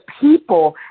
people